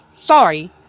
sorry